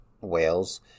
Wales